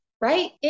right